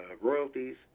royalties